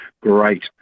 great